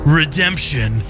redemption